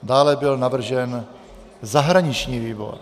Dále byl navržen zahraniční výbor.